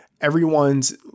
everyone's